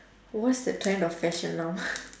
what's the trend of fashion now